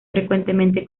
frecuentemente